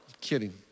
Kidding